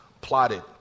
plotted